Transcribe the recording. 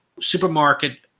supermarket